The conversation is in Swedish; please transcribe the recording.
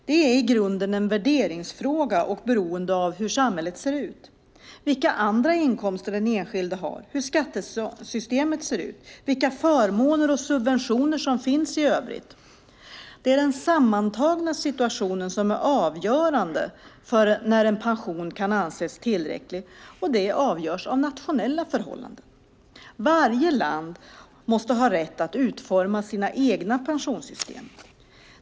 Det är i grunden en värderingsfråga och beroende av hur samhället ser ut, vilka andra inkomster som den enskilde har, hur skattesystemet ser ut och vilka förmåner och subventioner som finns i övrigt. Det är den sammantagna situationen som är avgörande för när en pension kan anses tillräcklig, och det avgörs av nationella förhållanden. Varje land måste ha rätt att utforma sitt pensionssystem.